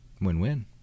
win-win